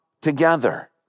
together